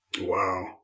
Wow